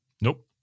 Nope